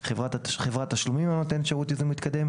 "יוזם מתקדם" חברת תשלומים הנותנת שירות ייזום מתקדם,